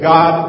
God